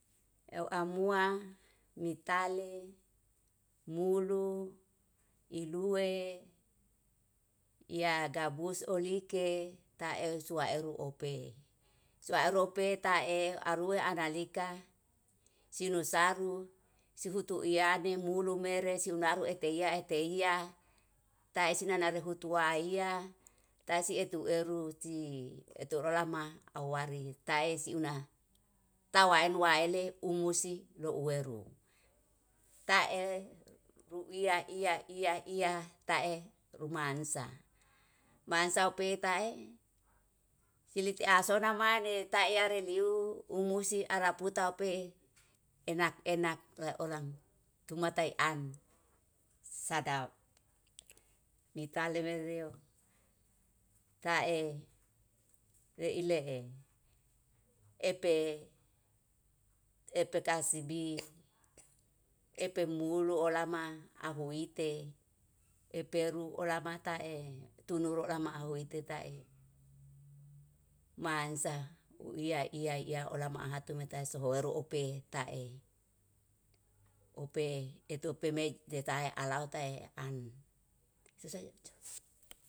Euw amua mitali, mulu, ilue, yagabus olike, taeuw sua eru ope. Sua eru ope tae aruae analika sinusaru sihutu iani mu mere siunaru eteye eteiya taeisi inanaru hutuaiya. Taesu etu eru si etu rolama awari, tae si una tawaen waele umusi douweru. Tae ruia iya iya iya tae rumansa, mansa peta e silisi asona maneh taia reliu umusi araputa pee enak-enak olang tumata taean sadap. Mitali meleu tae leilee epe kasibi, epe mulo olama ahuite, epe ru olama tae tunu rorama wetetae mansa, uiya iya iya olama ahatu meta sohoru ope tae. Ope etu ope mejetae alaut tae an susa.